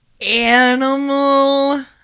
animal